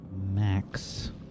Max